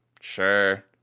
sure